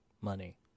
money